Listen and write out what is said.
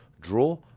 draw